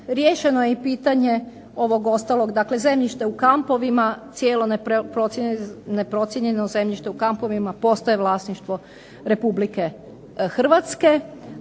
Riješeno je i pitanje ovog ostalog. Dakle, zemljište u kampovima, cijelo neprocijenjeno zemljište u kampovima postaje vlasništvo RH, a